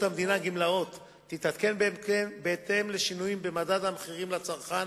המדינה (גמלאות) תתעדכן בהתאם לשינויים במדד המחירים לצרכן,